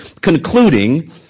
concluding